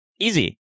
Easy